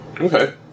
Okay